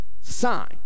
sign